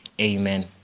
Amen